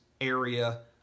area